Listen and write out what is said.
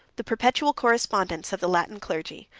the perpetual correspondence of the latin clergy,